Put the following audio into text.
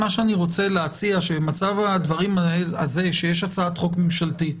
ולכן היכולת שלכם להציע איזונים קונקרטיים ותיקונים היא מאוד קריטית,